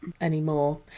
anymore